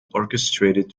orchestrated